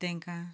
तांकां